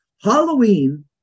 Halloween